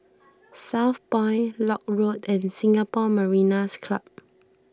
Southpoint Lock Road and Singapore Mariners' Club